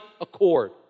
accord